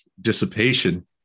dissipation